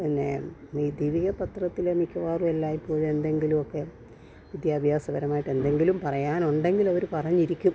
പിന്നെ ഈ ദീപിക പത്രത്തിലെ മിക്കവാറും എല്ലായ്പ്പോഴും എന്തെങ്കിലും ഒക്കെ വിദ്യാഭ്യാസപരമായിട്ട് എന്തെങ്കിലും പറയാനുണ്ടെങ്കിൽ അവർ പറഞ്ഞിരിക്കും